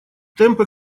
темпы